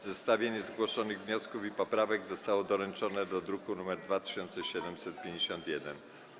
Zestawienie zgłoszonych wniosków i poprawek zostało doręczone do druku nr 2751.